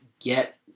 get